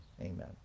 amen